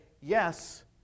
yes